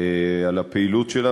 על הפעילות שלה,